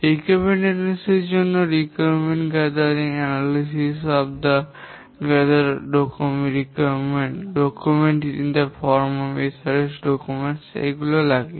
প্রয়োজনীয়তা বিশ্লেষণ এর জন্য প্রয়োজনীয়তা সমাবেশ বিশ্লেষণ প্রয়োজনীয়তা এসআরএস ডকুমেন্ট এগুলো লাগে